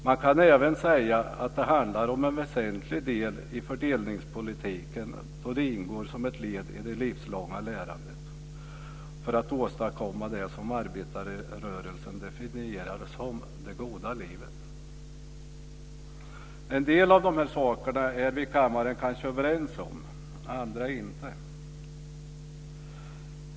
Man kan även säga att det handlar om en väsentlig del i fördelningspolitiken, då det ingår som ett led i det livslånga lärandet för att åstadkomma det som arbetarrörelsen definierar som det goda livet. En del av de här sakerna är vi i kammaren kanske överens om, andra inte.